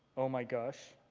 oh my gosh.